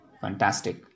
Fantastic